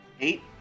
Eight